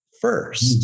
First